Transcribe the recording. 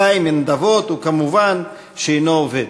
חי מנדבות וכמובן אינו עובד.